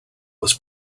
was